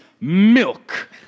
Milk